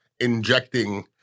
injecting